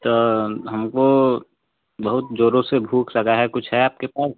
तो हमको बहुत जोरों से भूख लगा है कुछ है आपके पास